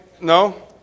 No